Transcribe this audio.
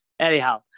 Anyhow